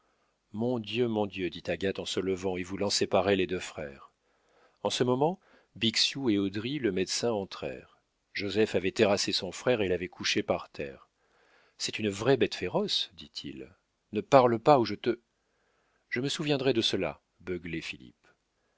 mon dieu mon dieu dit agathe en se levant et voulant séparer les deux frères en ce moment bixiou et haudry le médecin entrèrent joseph avait terrassé son frère et l'avait couché par terre c'est une vraie bête féroce dit-il ne parle pas ou je te je me souviendrai de cela beuglait